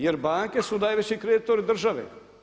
Jer banke su najveći kreditori države.